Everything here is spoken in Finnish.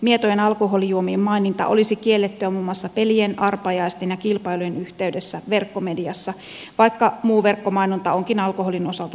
mietojen alkoholijuominen mainonta olisi kiellettyä muun muassa pelien arpajaisten ja kilpailujen yhteydessä verkkomediassa vaikka muu verkkomainonta onkin alkoholin osalta sallittua